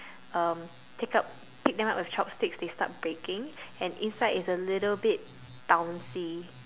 um pick up pick them up with chopsticks they start breaking and inside is a little bit bouncy